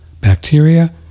Bacteria